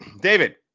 David